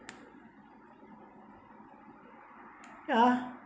yeah